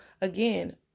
again